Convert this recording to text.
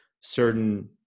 certain